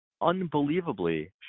unbelievably